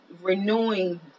renewing